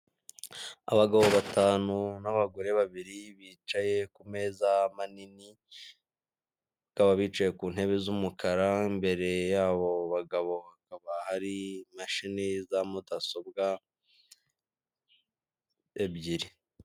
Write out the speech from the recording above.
Abagabo batanu n'abagore babiri bicaye ku meza manini, bakaba bicaye ku ntebe z'umukara, imbere y'abo bagabo hakaba hari imashini za mudasobwa ebyiri.